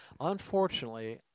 Unfortunately